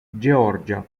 georgia